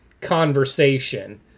conversation